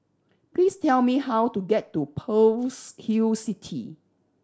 please tell me how to get to Pearl's Hill City